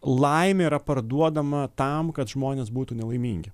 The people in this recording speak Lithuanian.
laimė yra parduodama tam kad žmonės būtų nelaimingi